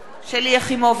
שלי יחימוביץ,